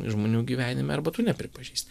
žmonių gyvenime arba tu nepripažįsti